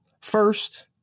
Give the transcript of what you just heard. first